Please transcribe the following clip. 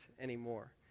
anymore